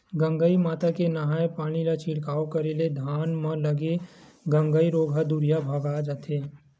गंगई माता के नंहाय पानी ला छिड़काव करे ले धान म लगे गंगई रोग ह दूरिहा भगा जथे